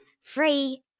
free